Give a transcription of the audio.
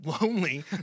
lonely